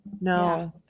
No